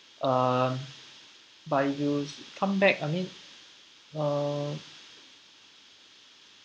um but you come back I mean uh